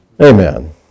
Amen